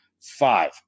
five